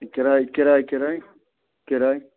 کِراے کِراے کِراے کِراے